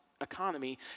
economy